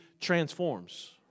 transforms